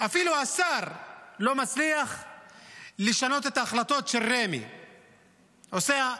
אפילו השר לא מצליח לשנות את ההחלטות שרמ"י עושה.